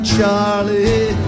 Charlie